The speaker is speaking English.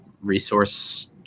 resource